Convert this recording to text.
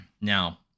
Now